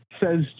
says